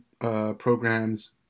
programs